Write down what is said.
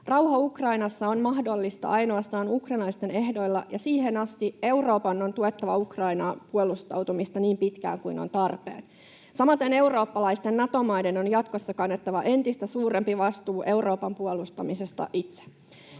Rauha Ukrainassa on mahdollista ainoastaan ukrainalaisten ehdoilla, ja siihen asti Euroopan on tuettava Ukrainan puolustautumista niin pitkään kuin on tarpeen. Samaten eurooppalaisten Nato-maiden on jatkossa kannettava entistä suurempi vastuu Euroopan puolustamisesta itse.